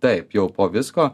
taip jau po visko